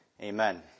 Amen